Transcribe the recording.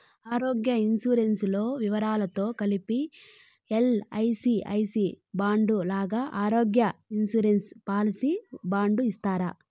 ఆరోగ్య ఇన్సూరెన్సు లో వివరాలతో కలిపి ఎల్.ఐ.సి ఐ సి బాండు లాగా ఆరోగ్య ఇన్సూరెన్సు పాలసీ బాండు ఇస్తారా?